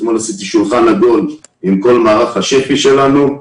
אתמול עשיתי שולחן עגול עם כל מערך השפ"י שלנו.